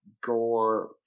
gore